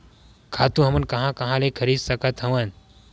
खातु हमन कहां कहा ले खरीद सकत हवन?